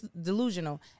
delusional